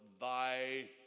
Thy